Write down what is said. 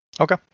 Okay